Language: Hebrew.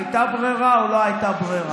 הייתה ברירה או לא הייתה ברירה?